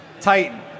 Titan